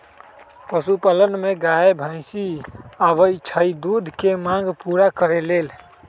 पशुपालन में गाय भइसी आबइ छइ दूध के मांग पुरा करे लेल